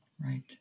Right